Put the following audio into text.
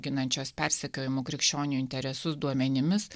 ginančios persekiojamų krikščionių interesus duomenimis